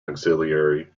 auxiliary